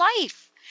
life